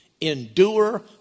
endure